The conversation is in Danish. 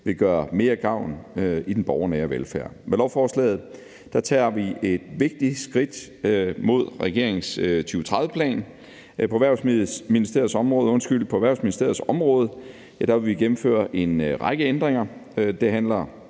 vil gøre mere gavn i den borgernære velfærd. Med lovforslaget tager vi et vigtigt skridt i regeringens 2030-plan. På Erhvervsministeriets område vil vi gennemføre en række ændringer.